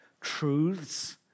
truths